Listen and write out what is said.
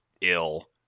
ill